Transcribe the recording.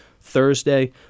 Thursday